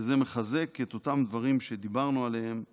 וזה מחזק את אותם דברים שדיברנו עליהם לגבי,